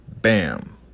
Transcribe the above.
Bam